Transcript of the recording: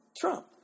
Trump